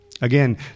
Again